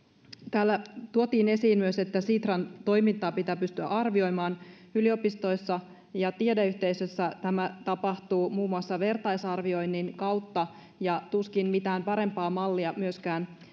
täällä tuotiin esiin myös että sitran toimintaa pitää pystyä arvioimaan yliopistoissa ja tiedeyhteisössä tämä tapahtuu muun muassa vertaisarvioinnin kautta tuskin mitään parempaa mallia myöskään